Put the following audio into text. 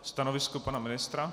Stanovisko pana ministra?